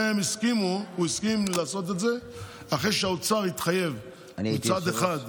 הוא הסכים לעשות את זה אחרי שהאוצר התחייב מצד אחד,